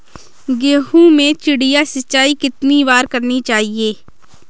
गेहूँ में चिड़िया सिंचाई कितनी बार करनी चाहिए?